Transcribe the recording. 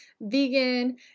vegan